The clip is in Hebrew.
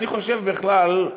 אני חושב בכלל,